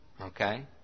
Okay